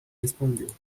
respondeu